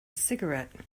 cigarette